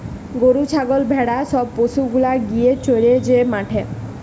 গরু ছাগল ভেড়া সব পশু গুলা গিয়ে চরে যে মাঠে